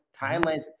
timelines